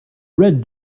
red